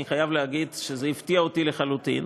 אני חייב להגיד שזה הפתיע אותי לחלוטין.